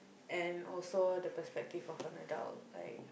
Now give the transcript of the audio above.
and also the perspective of an adult like